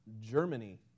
Germany